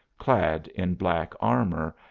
clad in black armour,